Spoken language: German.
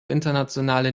internationale